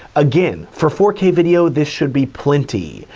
again, for four k video, this should be plenty,